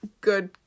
good